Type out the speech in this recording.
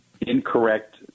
incorrect